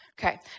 Okay